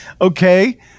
Okay